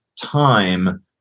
time